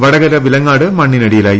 Vadakara Vilangad മണ്ണിനടിയിലായി